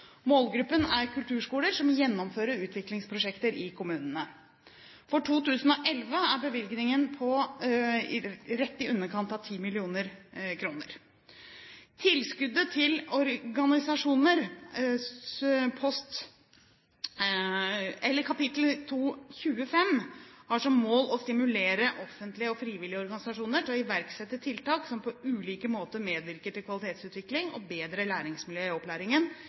Målgruppen er kulturskoler som gjennomfører utviklingsprosjekter i kommunene. For 2011 er bevilgningen rett i underkant av 10 mill. kr. Tilskuddet til organisasjoner – kap. 225 – har som mål å stimulere offentlige og frivillige organisasjoner til å iverksette tiltak som på ulike måter medvirker til kvalitetsutvikling og bedre læringsmiljø i opplæringen,